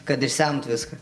kad išsemt viską